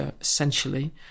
essentially